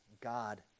God